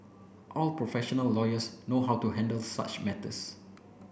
all professional lawyers know how to handle such matters